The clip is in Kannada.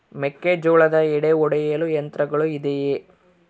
ಮೆಕ್ಕೆಜೋಳದ ಎಡೆ ಒಡೆಯಲು ಯಂತ್ರಗಳು ಇದೆಯೆ?